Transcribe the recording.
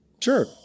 Sure